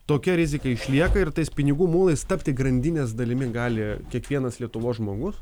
tokia rizika išlieka ir tais pinigų mulais tapti grandinės dalimi gali kiekvienas lietuvos žmogus